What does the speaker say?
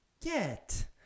Get